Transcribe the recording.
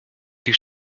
die